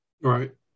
Right